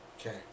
Okay